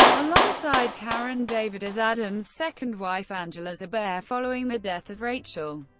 alongside karen david as adam's second wife angela zubayr following the death of rachel,